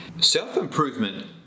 self-improvement